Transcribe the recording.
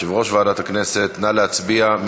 נא להצביע.